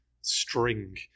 String